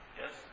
yes